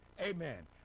Amen